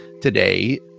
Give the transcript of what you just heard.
today